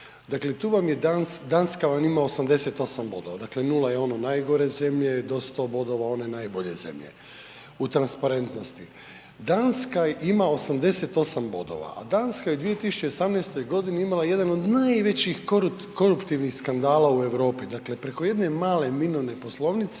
Dakle tu vam je Danska vam ima 88 bodova, dakle 0 je ono najgore zemlje, do 100 bodova one najbolje zemlje, u transparentnosti. Danska ima 88 bodova, a Danska je u 2018. godini imala jedan od najvećih koruptivnih skandala u Europi. Dakle preko jedne male, .../Govornik